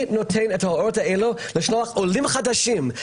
נותן את ההוראות האלה לשלוח עולים חדשים,